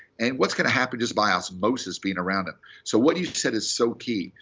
and what's going to happen just by osmosis, being around them. so what you said is so key.